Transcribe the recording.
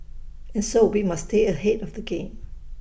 and so we must stay ahead of the game